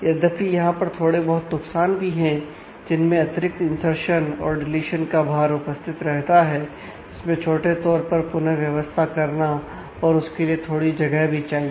यद्यपि यहां पर थोड़े बहुत नुकसान भी हैं जिनमें अतिरिक्त इनर्सशन और डीलीशन का भार उपस्थित रहता है जिसमें छोटे तौर पर पुनः व्यवस्था करना और उसके लिए थोड़ी जगह भी चाहिए